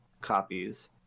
copies